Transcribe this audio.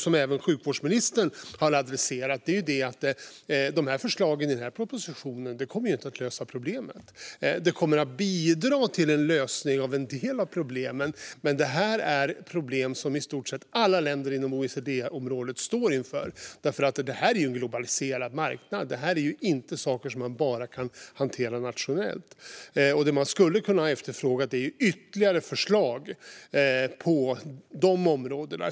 Och även sjukvårdsministern har adresserat det. Det handlar om att förslagen i denna proposition inte kommer att lösa problemen. De kommer att bidra till en lösning av en del av problemen. Men detta är problem som i stort sett alla länder inom OECD-området står inför, för det är en globaliserad marknad. Det är inte saker som man bara kan hantera nationellt. Man skulle ha kunnat efterfråga ytterligare förslag på dessa områden.